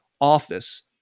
office